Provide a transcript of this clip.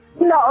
No